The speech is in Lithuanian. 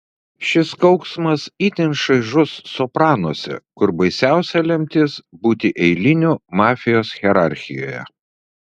šis kauksmas itin šaižus sopranuose kur baisiausia lemtis būti eiliniu mafijos hierarchijoje